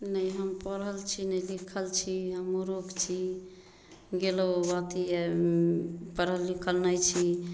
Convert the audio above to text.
नहि हम पढ़ल छी नहि लिखल छी हम मुरूख छी गेलहुॅं अथी पढ़ल लिखल नहि छी